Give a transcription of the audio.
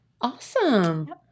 Awesome